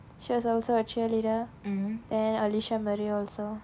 she was also a cheerleader and alisha murray also